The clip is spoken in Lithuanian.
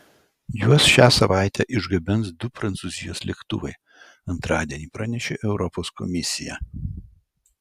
juos šią savaitę išgabens du prancūzijos lėktuvai antradienį pranešė europos komisija